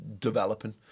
developing